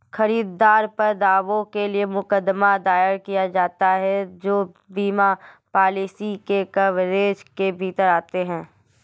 खरीदार पर दावों के लिए मुकदमा दायर किया जाता है जो बीमा पॉलिसी के कवरेज के भीतर आते हैं